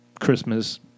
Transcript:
Christmas